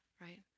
right